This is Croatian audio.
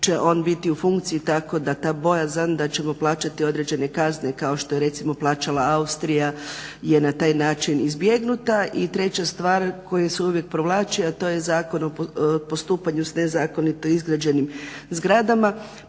će on biti u funkciji tako da ta bojazan da ćemo plaćati određene kazne kao što je recimo plaćala Austrija je na taj način izbjegnuta. I treća stvar koja se uvijek provlači, a to je zakon o postupanju sa nezakonito izgrađenim zgradama.